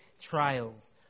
trials